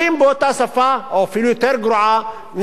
נגד העובדים הזרים.